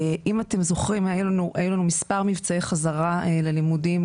אם אתם זוכרים היו לנו מספר מבצעי חזרה ללימודים,